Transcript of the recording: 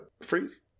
freeze